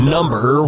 Number